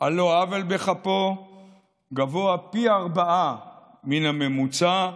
על לא עוול בכפו גבוה פי ארבעה מן הממוצע.